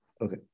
Okay